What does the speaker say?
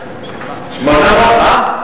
ה-800 של מה?